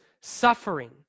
suffering